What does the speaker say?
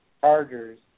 Chargers